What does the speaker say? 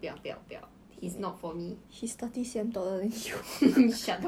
I think he a bit scared